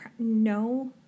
No